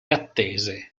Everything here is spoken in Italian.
attese